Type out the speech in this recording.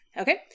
Okay